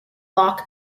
loch